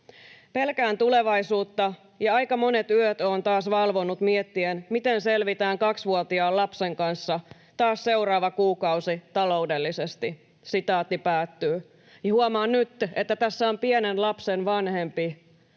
Pelkään tulevaisuutta, ja aika monet yöt olen taas valvonut miettien, miten selvitään kaksivuotiaan lapsen kanssa taas seuraava kuukausi taloudellisesti.” — Huomaan nyt, että tässä on pienen lapsen vanhempi,